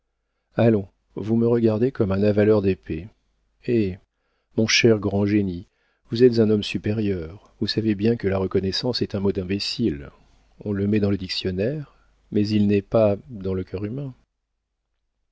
allons vous me regardez comme un avaleur d'épées eh mon cher grand génie vous êtes un homme supérieur vous savez bien que la reconnaissance est un mot d'imbécile on le met dans le dictionnaire mais il n'est pas dans le cœur humain